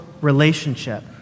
relationship